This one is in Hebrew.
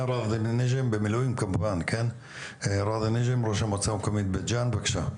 נג'ם, ראש המועצה המקומית בית-ג'ן, בבקשה.